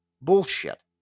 Bullshit